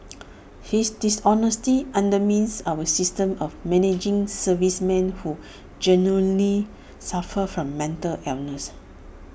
his dishonesty undermines our system of managing servicemen who genuinely suffer from mental illness